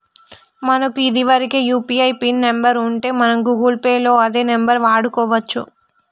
మనకు ఇదివరకే UPI pin number ఉంటే మనం గూగుల్ పే లో అదే నెంబర్ వాడుకోవచ్చు